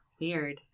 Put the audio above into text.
Weird